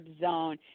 zone